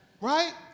Right